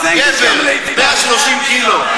130 קילו,